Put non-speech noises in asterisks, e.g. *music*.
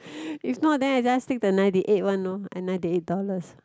*breath* if not then I just take the ninety eight one lor and ninety eight dollars